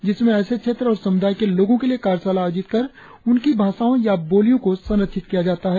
जिसमें ऐसे क्षेत्र और समुदाय के लोगों के लिए कार्यशाला आयोजित कर उनकी भाषाओं या बोलियों की संरक्षित किया जाता है